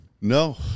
No